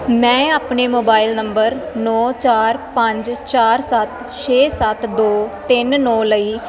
ਮੈਂ ਆਪਣੇ mobile number ਨੌਂ ਚਾਰ ਪੰਜ ਚਾਰ ਸੱਤ ਛੇ ਸੱਤ ਦੋ ਤਿੰਨ ਨੌਂ ਲਈ